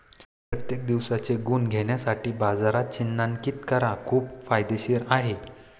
प्रत्येक दिवसाचे गुण घेण्यासाठी बाजारात चिन्हांकित करा खूप फायदेशीर आहे